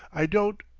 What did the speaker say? i don't,